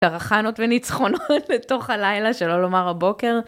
קראחנות וניצחונות בתוך הלילה שלא לומר הבוקר.